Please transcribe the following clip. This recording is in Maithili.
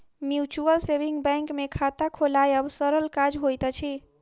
म्यूचुअल सेविंग बैंक मे खाता खोलायब सरल काज होइत अछि